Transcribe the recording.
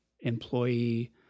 employee